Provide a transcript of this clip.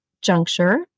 Juncture